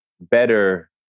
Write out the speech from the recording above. better